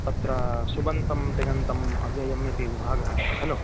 तत्र सुबन्तं तिङन्तम् अव्ययम् इति विभागः अस्ति खलु